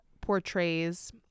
portrays